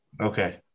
okay